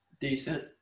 decent